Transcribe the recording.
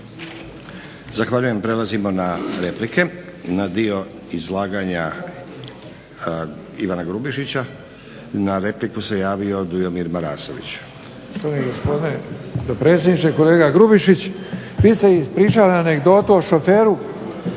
Zahvaljujem. Prelazimo na replike na dio izlaganja Ivana Grubišića. Na repliku se javio Dujomir Marasović.